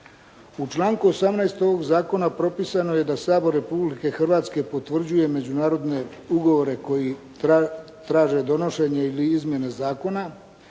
U članku 18. ovog zakona propisano je da Sabor Republike Hrvatske potvrđuje međunarodne ugovore koji traže donošenje ili izmjene zakona.